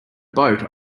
boat